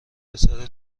پسر